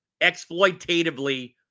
exploitatively